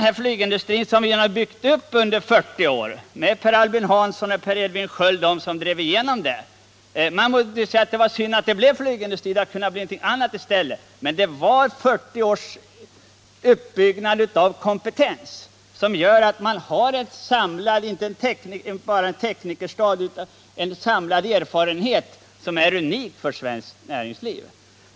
Vår flygindustri har byggts upp under 40 år. Det var Per Albin Hansson och Per Edvin Sköld som drev igenom besluten. En del tycker kanske att det var synd att det blev flygindustri —- det kunde ha blivit något annat i stället. Men det är nu 40 års uppbyggnad av kompetens som gör att man har en teknikerstab med en samlad erfarenhet som är unik för svenskt näringsliv.